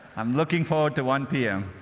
i'm looking forward to one p m.